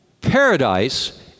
paradise